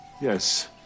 Yes